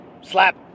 slap